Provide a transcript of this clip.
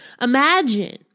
imagine